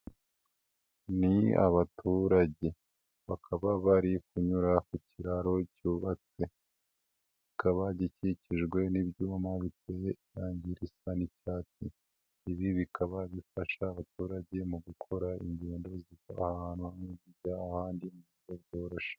Ni abaturage bakaba bari kunyura ku kiraro cyubatse, kikaba gikikijwe n'ibyuma bikozwe n'irangi risa n'icyatsi, ibi bikaba bifasha abaturage mu gukora ingendo ziva ahantu hamwe zijya ahandi mu buryo bworoshye.